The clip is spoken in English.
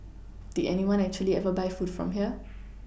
did anyone actually ever buy food from here